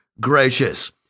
gracious